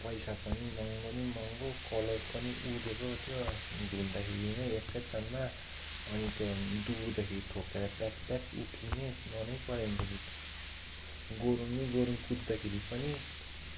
पैसा पनि महँगो नि महँगो कलर पनि उडेको थियो धुँदाखेरि नै एक्कै तालमा अनि त्यो दुगुर्दाखेरि ठोक्केर प्याक प्याक उक्किने मनै परेन त्यो जुत्ता गह्रौँ नि गह्रौँ कुद्दाखेरि पनि